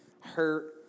hurt